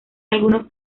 algunos